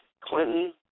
Clinton